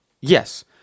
Yes